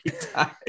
time